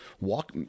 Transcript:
walk